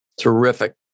Terrific